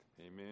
Amen